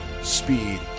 speed